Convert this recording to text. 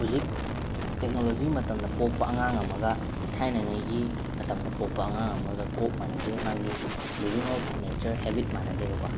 ꯍꯧꯖꯤꯛ ꯇꯦꯛꯅꯣꯂꯣꯖꯤ ꯃꯇꯝꯗ ꯄꯣꯛꯄ ꯑꯉꯥꯡ ꯑꯃꯒ ꯊꯥꯏꯅꯉꯩꯒꯤ ꯃꯇꯝꯗ ꯄꯣꯛꯄ ꯑꯉꯥꯡ ꯑꯃꯒ ꯀꯣꯛ ꯃꯥꯟꯅꯗꯦ ꯃꯥꯒꯤ ꯂꯤꯕꯤꯡ ꯑꯣꯐ ꯅꯦꯆꯔ ꯍꯦꯕꯤꯠ ꯃꯥꯟꯅꯗꯦꯕꯀꯣ